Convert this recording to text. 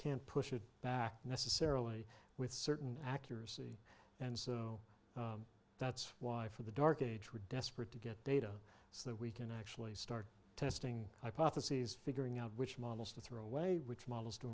can't push it back necessarily with certain accuracy and so that's why for the dark age we're desperate to get data so that we can actually start testing hypotheses figuring out which models to throw away which models to